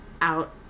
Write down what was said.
out